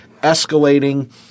escalating